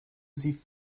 sie